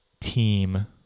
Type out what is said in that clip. team